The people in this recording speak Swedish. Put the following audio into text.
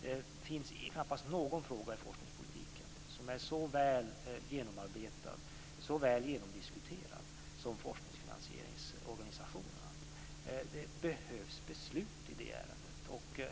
Det finns knappast någon fråga i forskningspolitiken som är så så väl genomarbetad och genomdiskuterad som organisationen för forskningsfinansiering. Det behövs beslut i det ärendet.